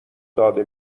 داده